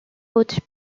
hautes